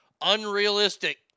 unrealistic